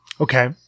Okay